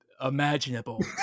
imaginable